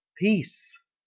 peace